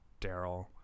Daryl